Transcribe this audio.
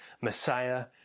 Messiah